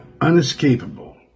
unescapable